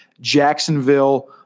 Jacksonville